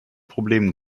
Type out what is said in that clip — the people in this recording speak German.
problemen